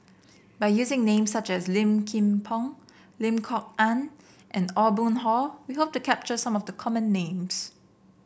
by using names such as Low Kim Pong Lim Kok Ann and Aw Boon Haw we hope to capture some of the common names